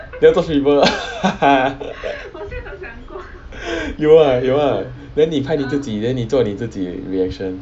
你要做 streamer ah 有 ah 有 ah then 你拍你自己 then 你做你自己 reaction